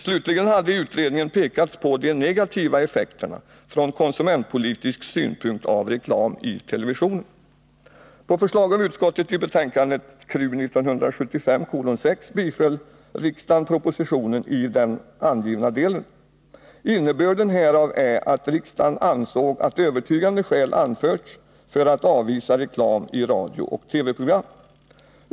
Slutligen hade i utredningen pekats på de negativa effekterna från konsumentpolitisk synpunkt av reklam i televisionen. På förslag av utskottet i betänkandet KrU 1975:6 biföll riksdagen propositionen i den angivna delen. Innebörden härav är att riksdagen ansåg att övertygande skäl anförts för att avvisa reklam i radiooch TV program.